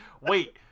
wait